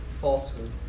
falsehood